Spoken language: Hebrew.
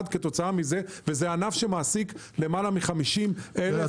כתוצאה מזה; זה ענף שמעסיק למעלה מ-50,000 עובדים.